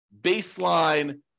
baseline